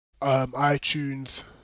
iTunes